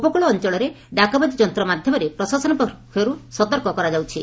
ଉପକ୍ଳ ଅଞ୍ଞଳରେ ଡାକବାଜି ଯନ୍ତ ମାଧ୍ଘମରେ ପ୍ରଶାସନ ପକ୍ଷରୁ ସତର୍କ କରାଯାଉଛି